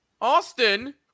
Austin